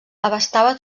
abastava